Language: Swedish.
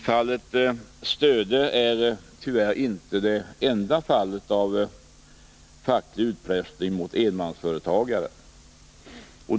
Fallet Stöde är tyvärr inte det enda fallet av facklig utpressning mot enmansföretagare.